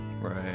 Right